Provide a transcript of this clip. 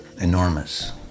enormous